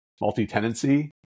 multi-tenancy